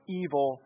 evil